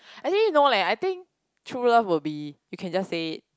actually no leh I think true love will be you can just say it